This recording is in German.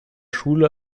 schule